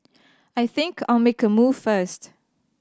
I think I'll make a move first